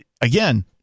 Again